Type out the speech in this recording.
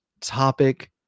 topic